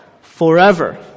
forever